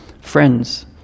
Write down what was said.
friends